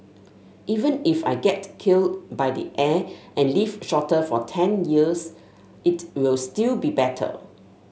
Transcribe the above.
even if I get killed by the air and live shorter for ten years it'll still be better